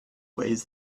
weighs